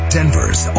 Denver's